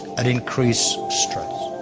and increased stress.